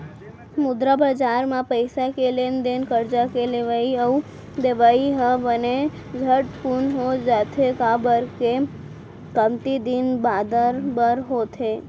मुद्रा बजार म पइसा के लेन देन करजा के लेवई अउ देवई ह बने झटकून हो जाथे, काबर के कमती दिन बादर बर होथे